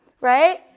right